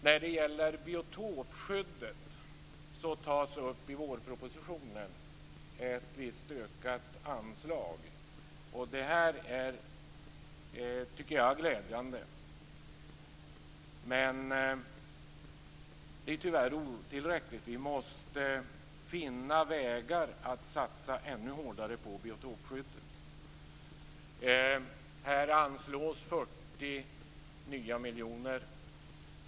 När det gäller biotopskyddet tas det i vårpropositionen upp en viss ökning av anslaget. Det här är, tycker jag, glädjande. Men det är tyvärr otillräckligt. Vi måste finna vägar att satsa ännu hårdare på biotopskyddet. Här anslås 40 nya miljoner.